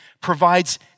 provides